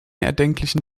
erdenklichen